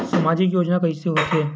सामजिक योजना कइसे होथे?